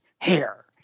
hair